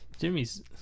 Jimmy's